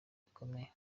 bikomeye